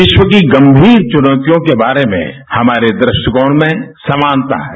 विश्व की गंभीर च्नौतियों के बारे में हमारे दृष्टिकोण में समानता है